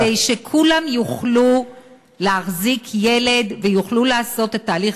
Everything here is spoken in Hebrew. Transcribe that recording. כדי שכולם יוכלו להחזיק ילד ויוכלו לעשות את תהליך